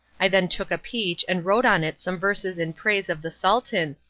i then took a peach and wrote on it some verses in praise of the sultan,